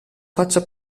faccia